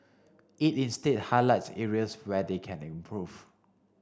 it instead highlights areas where they can improve